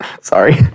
Sorry